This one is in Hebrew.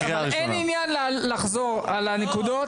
עניין לחזור לנקודות.